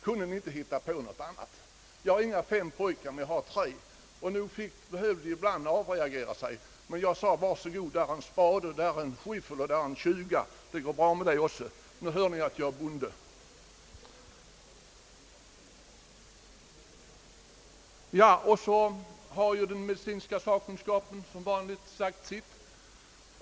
Kunde man inte hitta på något annat? Jag har inte fem pojkar, men jag har tre, och naturligtvis behövde de ibland avreagera sig. Då gav jag dem var sin spade eller skyffel eller tjuga. Det går bra det också. Ja, nu hör ni att jag är bonde. Så har den medicinska sakkunskapen som vanligt sagt sitt.